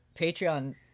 patreon